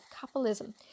capitalism